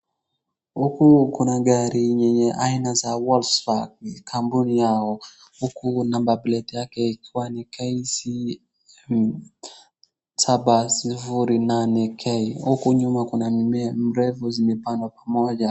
Huku kuna gari yenye aina za Walcefar kampuni yao huku number plate yake iikiwa ni KC saba sufuri nane K. Huku nyuma kuna mimea mirefu zimepandwa pamoja.